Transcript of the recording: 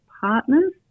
partners